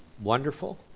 wonderful